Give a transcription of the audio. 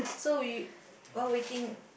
so you while waiting